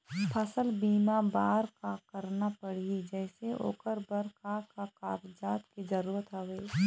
फसल बीमा बार का करना पड़ही जैसे ओकर बर का का कागजात के जरूरत हवे?